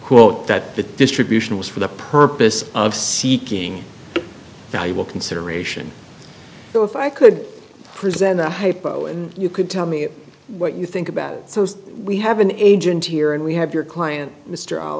quote that the distribution was for the purpose of seeking valuable consideration so if i could present a hypo and you could tell me what you think about it so we have an agent here and we have your client mr